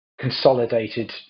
consolidated